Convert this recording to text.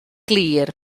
glir